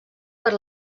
per